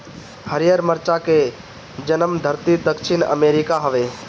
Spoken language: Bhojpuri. हरिहर मरचा के जनमधरती दक्षिण अमेरिका हवे